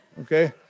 okay